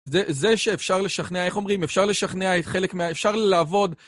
זה זה שאפשר לשכנע, איך אומרים? אפשר לשכנע את חלק מה... אפשר לעבוד...